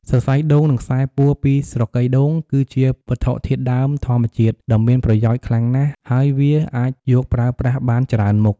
សរសៃដូង និងខ្សែពួរពីស្រកីដូង គឺជាវត្ថុធាតុដើមធម្មជាតិដ៏មានប្រយោជន៍ខ្លាំងណាស់ហើយវាអាចយកប្រើប្រាស់បានច្រើនមុខ។